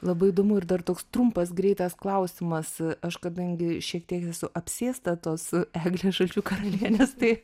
labai įdomu ir dar toks trumpas greitas klausimas aš kadangi šiek tiek esu apsėsta tos eglės žalčių karalienės tai